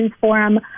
Forum